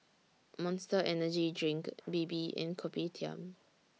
Monster Energy Drink Bebe and Kopitiam